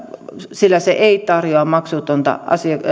sillä se ei tarjoa maksutonta